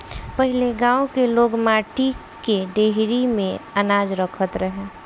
पहिले गांव के लोग माटी के डेहरी में अनाज रखत रहे